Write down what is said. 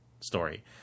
story